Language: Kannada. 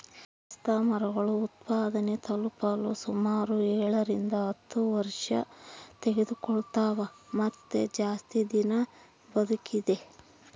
ಪಿಸ್ತಾಮರಗಳು ಉತ್ಪಾದನೆ ತಲುಪಲು ಸುಮಾರು ಏಳರಿಂದ ಹತ್ತು ವರ್ಷತೆಗೆದುಕೊಳ್ತವ ಮತ್ತೆ ಜಾಸ್ತಿ ದಿನ ಬದುಕಿದೆ